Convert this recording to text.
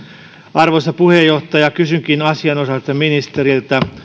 arvoisa puheenjohtaja kysynkin asianosaiselta ministeriltä